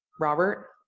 Robert